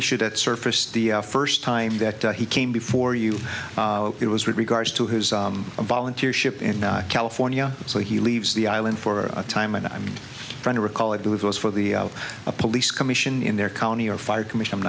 issue that surfaced the first time that he came before you it was with regards to his volunteer ship in california so he leaves the island for a time and i'm trying to recall it was for the police commission in their county or fire commission